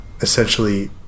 essentially